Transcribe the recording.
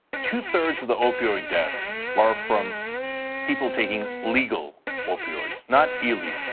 two thirds of the opioid deaths are from people taking legal opioids, not illegal.